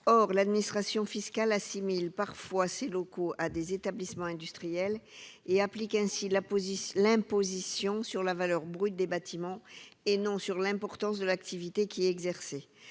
Or l'administration fiscale assimile parfois ces locaux à des établissements industriels et applique par conséquent l'imposition sur la valeur brute des bâtiments, et non sur l'importance de l'activité qui y est exercée.